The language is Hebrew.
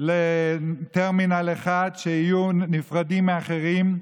לטרמינל 1, שיהיו נפרדים מאחרים,